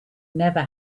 never